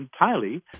entirely